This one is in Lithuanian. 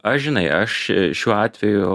aš žinai aš šiuo atveju